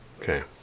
Okay